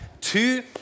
two